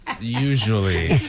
usually